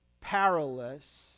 perilous